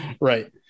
Right